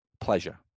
pleasure